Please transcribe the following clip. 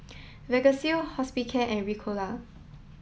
Vagisil Hospicare and Ricola